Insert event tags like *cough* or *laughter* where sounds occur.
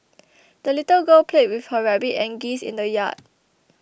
*noise* the little girl played with her rabbit and geese in the yard